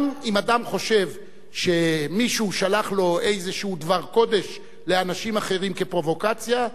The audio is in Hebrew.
גם אם אדם חושב שמישהו שלח לו איזה דבר קודש לאנשים אחרים כפרובוקציה,